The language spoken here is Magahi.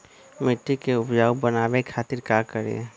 मिट्टी के उपजाऊ बनावे खातिर का करी?